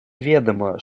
ведомо